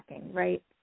right